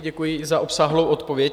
Děkuji za obsáhlou odpověď.